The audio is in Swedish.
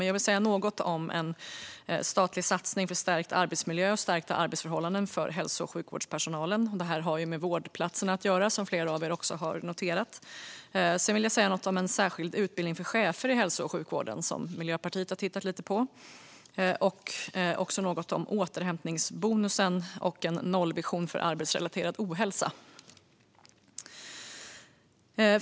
Jag vill säga något om en statlig satsning för stärkt arbetsmiljö och stärkta arbetsförhållanden för hälso och sjukvårdspersonalen. Det har med vårdplatserna att göra, som flera av er har noterat. Sedan vill jag säga något om en särskild utbildning för chefer i hälso och sjukvården som Miljöpartiet har tittat lite på. Jag vill också säga något om återhämtningsbonusen och en nollvision för arbetsrelaterad ohälsa.